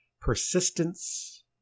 Persistence